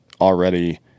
already